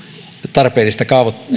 tarpeellista